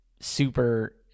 super